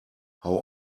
how